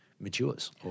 matures